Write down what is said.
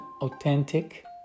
authentic